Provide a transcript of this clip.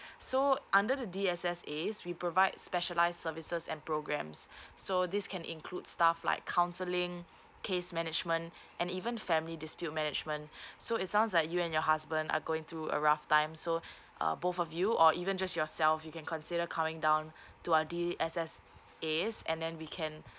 so under the D_S_S_As we provide specialised services and programmes so this can include stuff like counselling case management and even family dispute management so it sounds like you and your husband are going through a rough time so uh both of you or even just yourself you can consider coming down to our D_S_S_As and then we can